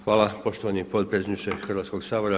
Hvala poštovani potpredsjedniče Hrvatskog sabora.